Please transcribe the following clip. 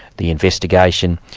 the investigation,